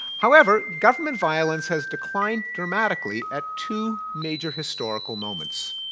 however, government violence has declined dramatically at two major historical moments.